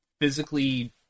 physically